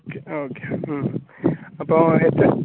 okay ആ okay മ്മ് അപ്പോൾ